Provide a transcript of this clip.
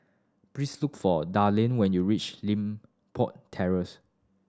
please look for Darlene when you reach Limpok Terrace